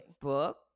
book